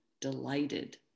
delighted